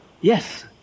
yes